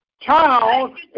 child